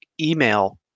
email